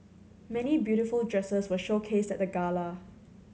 many beautiful dresses were showcased at the gala